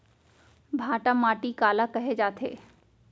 भांटा माटी काला कहे जाथे?